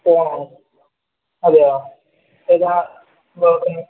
ഫോണോ അതെയോ ഏതാ നോക്കുന്നേ